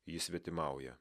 ji svetimauja